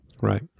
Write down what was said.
Right